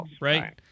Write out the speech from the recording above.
Right